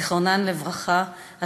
זיכרונן לברכה,